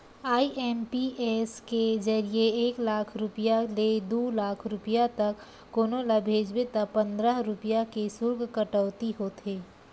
IMPS के जरिए एक लाख रूपिया ले दू लाख रूपिया तक कोनो ल भेजबे त पंद्रह रूपिया के सुल्क कटउती होथे